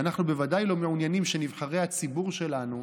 ואנחנו בוודאי לא מעוניינים שנבחרי הציבור שלנו,